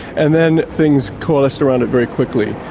and then things coalesced around it very quickly.